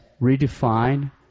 redefine